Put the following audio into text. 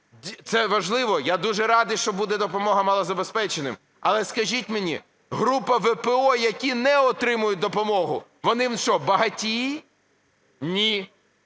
це важливо. Я дуже радий, що буде допомога малозабезпеченим. Але, скажіть мені, група ВПО, які не отримують допомогу, вони що багатії? Ні.